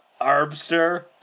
Arbster